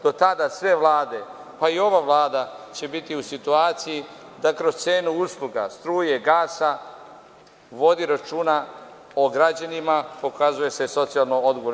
Do tada sve vlade, pa i ova vlada će biti u situaciji da kroz cenu usluga, struje, gasa vodi računa o građanima, pokazuje se socijalno odgovornom.